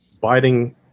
biting